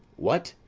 what,